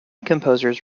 composers